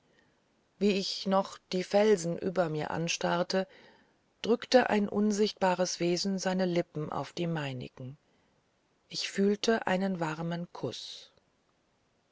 wie ich noch die felsen über mir anstarrte drückte ein unsichtbares wesen seine lippen auf die meinigen ich fühlte einen warmen kuß